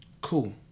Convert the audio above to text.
Cool